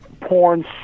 porn